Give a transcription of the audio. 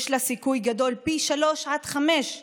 יש לה סיכוי גדול פי שלושה עד חמישה